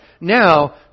now